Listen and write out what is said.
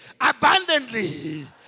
abundantly